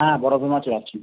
হ্যাঁ বরফের মাছও আছে